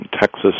Texas